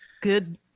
good